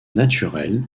naturel